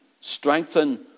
strengthen